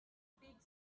big